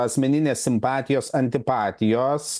asmeninės simpatijos antipatijos